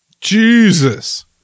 Jesus